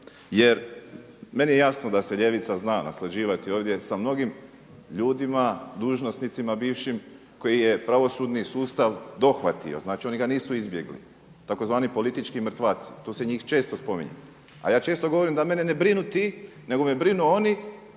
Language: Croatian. Jer meni je jasno da se ljevica zna naslađivati ovdje sa mnogim ljudima, dužnosnicima bivšim koji je pravosudni sustav dohvatio, znači oni ga nisu izbjegli tzv. politički mrtvaci tu se njih često spominje. A ja često govorim da mene ne brinu ti nego me brinu oni